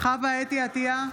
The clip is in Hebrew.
חוה אתי עטייה,